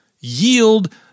Yield